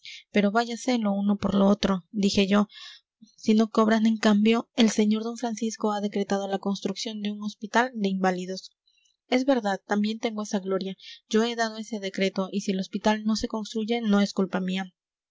pero váyase lo uno por lo otro dije yo si no cobran en cambio el sr d francisco ha decretado la construcción de un hospital de inválidos es verdad también tengo esa gloria yo he dado ese decreto y si el hospital no se construye no es culpa mía